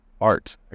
art